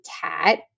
cat